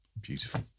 Beautiful